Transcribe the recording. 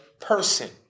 person